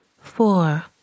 Four